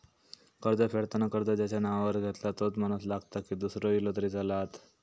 कर्ज फेडताना कर्ज ज्याच्या नावावर घेतला तोच माणूस लागता की दूसरो इलो तरी चलात?